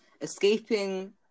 escaping